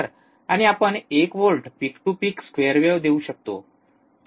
आणि आपण एक volt peak to peak square wave देऊ शकतो